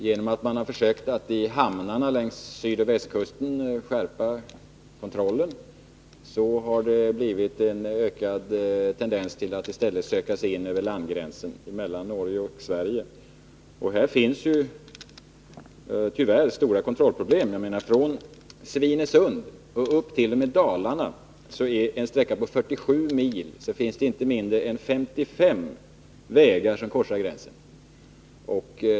Genom att man har försökt att i hamnarna längs sydoch västkusten skärpa kontrollen har det blivit en ökad tendens till att i stället söka sig in över landgränsen mellan Norge och Sverige. Här finns tyvärr stora kontrollproblem. Från Svinesund upp t.o.m. Dalarna, en sträcka på 47 mil, finns inte mindre än 55 vägar som korsar gränsen.